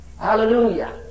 Hallelujah